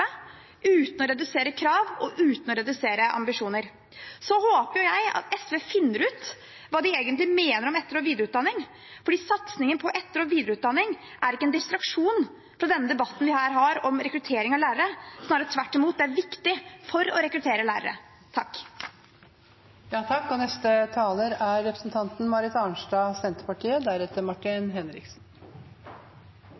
uten å redusere krav og uten å redusere ambisjoner. Så håper jeg at SV finner ut hva de egentlig mener om etter- og videreutdanning, for satsingen på etter- og videreutdanning er ikke en distraksjon fra den debatten vi her har om rekruttering av lærere – snarere tvert imot: Det er viktig for å rekruttere lærere.